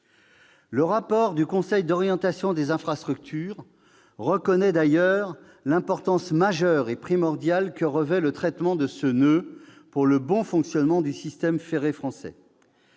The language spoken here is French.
Le rapport du Conseil d'orientation des infrastructures, le COI, reconnaît d'ailleurs l'importance majeure et primordiale que revêt le traitement de ce noeud pour le bon fonctionnement du système ferré français.